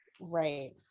Right